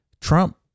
Trump